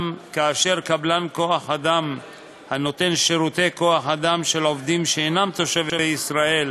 כאשר קבלן כוח-אדם הנותן שירותי כוח-אדם של עובדים שאינם תושבי ישראל,